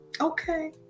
okay